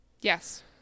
Yes